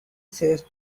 says